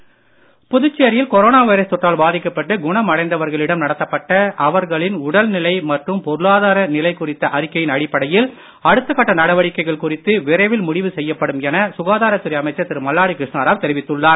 மல்லாடி புதுச்சேரியில் corona virus தொற்றால் பாதிக்கப்பட்டு குணமடைந்தவர்களிடம் நடத்தப்பட்ட அவர்களின் உடல்நிலை மற்றும் பொருளாதார நிலை குறித்த அறிக்கையின் அடிப்படையில் அடுத்த கட்ட நடவடிக்கைகள் குறித்து விரைவில் முடிவு செய்யப்படும் என சுகாதாரத்துறை அமைச்சர் திரு மல்லாடி கிருஷ்ணராவ் தெரிவித்துள்ளார்